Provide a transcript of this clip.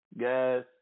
guys